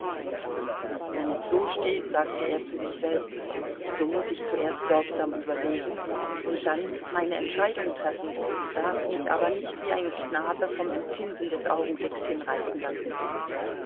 wenn es so steht sagte er zu sich selbst so muß ich zuerst sorgsam überlegen und dann meine entscheidung treffen darf mich aber nicht wie ein knabe vom empfinden des augenblicks hinreißen lassen